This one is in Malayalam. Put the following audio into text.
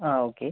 ആ ഓക്കെ